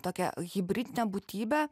tokią hibridinę būtybę